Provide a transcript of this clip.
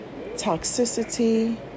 toxicity